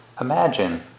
Imagine